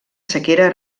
sequera